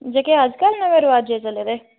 जेह्ड़े अज्ज कल नमें रवाजै दे चले दे